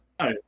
Hi